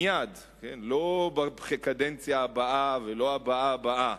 מייד, לא בקדנציה הבאה ולא הבאה-הבאה,